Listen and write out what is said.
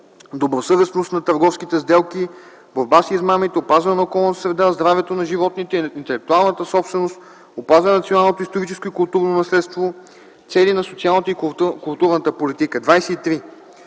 добросъвестност на търговските сделки, борба с измамите, опазване на околната среда, здравето на животните, интелектуалната собственост, опазване на националното историческо и културно наследство, цели на социалната и културната политика. 23.